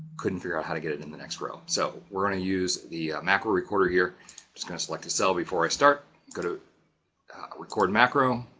couldn't figure out how to get it in the next row. so we're going to use the macro recorder here. i'm just going to select a cell. before i start going to a record macro,